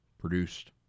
produced